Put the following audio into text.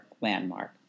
landmark